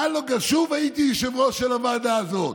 שוב, הייתי יושב-ראש הוועדה הזאת.